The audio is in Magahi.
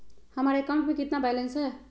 हमारे अकाउंट में कितना बैलेंस है?